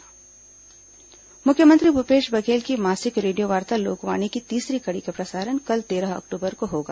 लोकवाणी मुख्यमंत्री भूपेश बघेल की मासिक रेडियोवार्ता लोकवाणी की तीसरी कड़ी का प्रसारण कल तेरह अक्टूबर को होगा